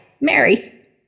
Mary